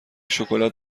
شکلات